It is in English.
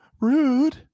Rude